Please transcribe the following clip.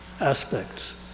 aspects